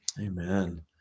amen